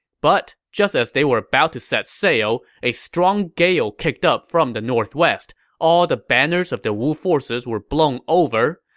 but just as they were about to set sail, a strong gale kicked up from the northwest. all the banners of the wu forces were blown over.